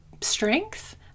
strength